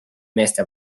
meeste